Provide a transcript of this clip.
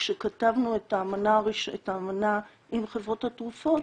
כשכתבנו את האמנה עם חברות התרופות,